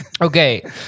Okay